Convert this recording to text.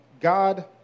God